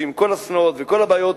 שעם כל השנאות וכל הבעיות,